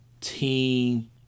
team